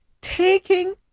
taking